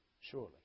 surely